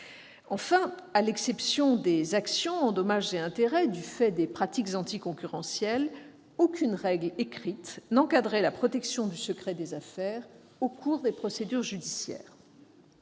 Enfin, à l'exception des actions en dommages et intérêts liées à des pratiques anticoncurrentielles, aucune règle écrite n'encadrait la protection du secret des affaires au cours des procédures judiciaires.